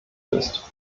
ist